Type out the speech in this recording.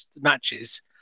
matches